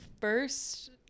first